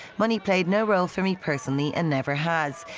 money played no role for me personally and never has,